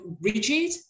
rigid